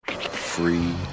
Free